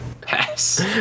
Pass